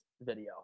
video